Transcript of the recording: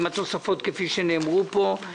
עם התוספות כפי שנאמרו פה?